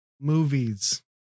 movies